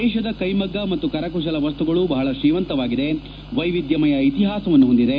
ದೇಶದ ಕೈಮಗ್ಗ ಮತ್ತು ಕರಕುಶಲ ವಸ್ತುಗಳು ಬಹಳ ಶ್ರೀಮಂತವಾಗಿದೆ ವೈವಿಧ್ಯಮಯ ಇತಿಹಾಸವನ್ನು ಹೊಂದಿದೆ